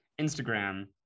Instagram